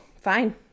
fine